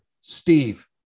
Steve